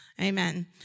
Amen